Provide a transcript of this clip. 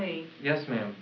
me yes ma'am